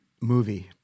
movie